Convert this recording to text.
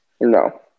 No